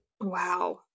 Wow